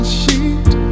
sheet